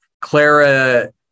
Clara